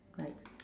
bye